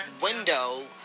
window